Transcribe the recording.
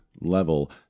level